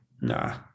nah